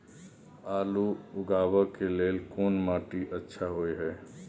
आलू उगाबै के लेल कोन माटी अच्छा होय है?